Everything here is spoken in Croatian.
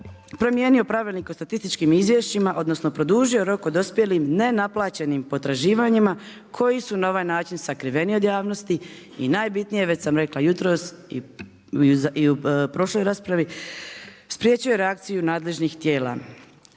promijenio Pravilnik o statističkim izvješćima odnosno produžio rok o dospjelim nenaplaćenim potraživanjima koji su na ovaj način sakriveni od javnosti i najbitnije već sam rekla jutros i u prošloj raspravi, spriječio reakciju nadležnih tijela.